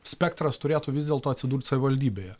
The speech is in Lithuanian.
spektras turėtų vis dėlto atsidurt savivaldybėje